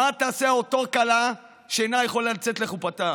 מה תעשה אותה כלה שאינה יכולה לצאת לחופתה?